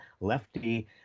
lefty